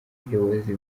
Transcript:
buyobozi